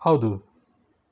ಹೌದು